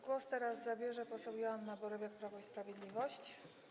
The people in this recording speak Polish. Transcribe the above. Głos teraz zabierze poseł Joanna Borowiak, Prawo i Sprawiedliwość.